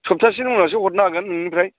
सब्ताहसेनि उनावसो हरनो हागोन नोंनिफ्राय